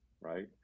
Right